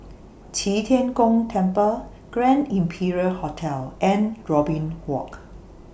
Qi Tian Gong Temple Grand Imperial Hotel and Robin Walk